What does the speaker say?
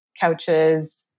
couches